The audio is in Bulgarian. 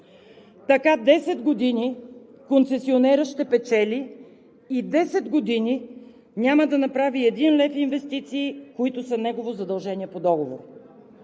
Така десет години концесионерът ще печели и десет години няма да направи един лев инвестиции, които са негово задължение по договор.